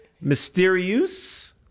Mysterious